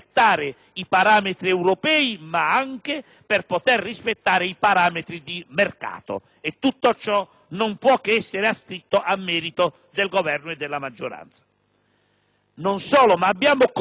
non può che essere ascritto al merito del Governo e della maggioranza. Non solo, ma abbiamo continuato. Avevamo detto che la legge finanziaria sarebbe stata snella e attenta